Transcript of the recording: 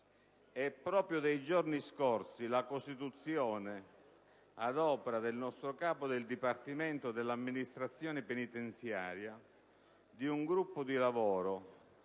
è proprio dei giorni scorsi la costituzione, ad opera del nostro capo del Dipartimento dell'amministrazione penitenziaria, di un gruppo di lavoro